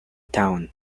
town